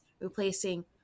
replacing